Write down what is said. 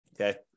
Okay